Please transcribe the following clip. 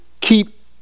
keep